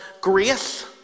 grace